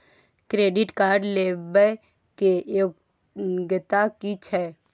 Credit card लेबै के योग्यता कि छै?